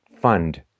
fund